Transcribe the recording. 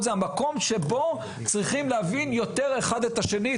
זה המקום שבו צריכים להבין יותר אחד את השני,